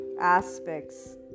aspects